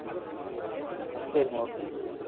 ம் சரிம்மா ஓகேம்மா தேங்க் யூ